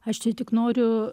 aš čia tik noriu